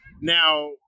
Now